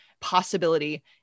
possibility